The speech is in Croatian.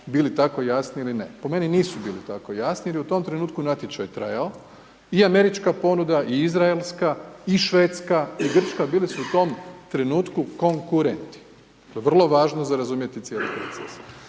signali tako jasni ili ne. Po meni nisu bili tako jasni jer je u tom trenutku natječaj trajao i američka ponuda i izraelska i švedska i grčka bila su u tom trenutku konkurenti. To je vrlo važno za razumjeti cijeli proces.